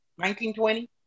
1920